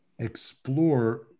explore